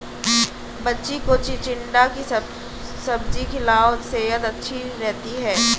बच्ची को चिचिण्डा की सब्जी खिलाओ, सेहद अच्छी रहती है